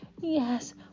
yes